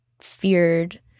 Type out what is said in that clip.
feared